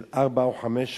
של ארבע או חמש שנים,